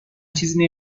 چیزی